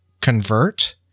convert